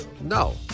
No